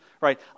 right